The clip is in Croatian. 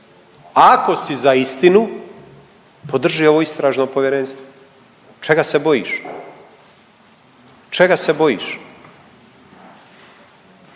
Ako si za istinu podrži ovo istražno povjerenstvo, čega se bojiš. Čega se bojiš?